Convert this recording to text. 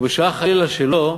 ובשעה חלילה שלא,